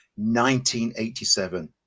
1987